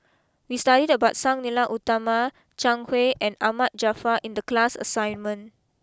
we studied about Sang Nila Utama Zhang Hui and Ahmad Jaafar in the class assignment